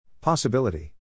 Possibility